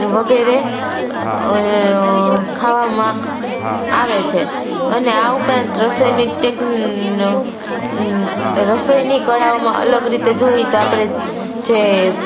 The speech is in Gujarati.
વગેરે ખાવામાં આવે છે અને આ ઉપરાંત રસોઈની રસોઈની કળાઓમાં અલગ રીતે જોઈ તો આપણે જે